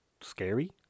scary